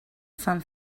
fan